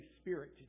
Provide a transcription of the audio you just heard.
Spirit